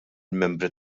membri